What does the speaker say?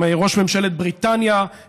ראש ממשלת בריטניה,